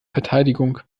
verteidigung